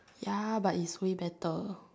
ya but is way better